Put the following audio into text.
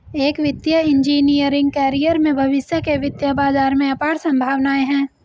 एक वित्तीय engineering career में भविष्य के वित्तीय बाजार में अपार संभावनाएं हैं